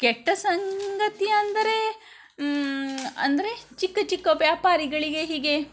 ಕೆಟ್ಟ ಸಂಗತಿ ಅಂದರೆ ಅಂದರೆ ಚಿಕ್ಕ ಚಿಕ್ಕ ವ್ಯಾಪಾರಿಗಳಿಗೆ ಹೀಗೆ